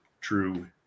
true